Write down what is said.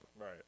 Right